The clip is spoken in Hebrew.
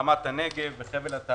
רמת הנגב וחבל- --.